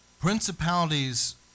principalities